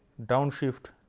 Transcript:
downshift,